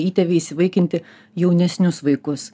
įtėviai įsivaikinti jaunesnius vaikus